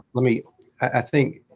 let me i think,